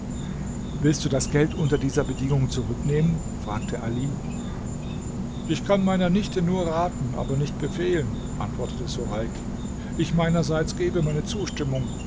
willst du das geld unter dieser bedingung zurücknehmen fragte ali ich kann meiner nichte nur raten aber nicht befehlen antwortete sureik ich meinerseits gebe meine zustimmung